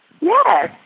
yes